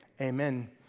Amen